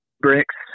bricks